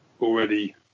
already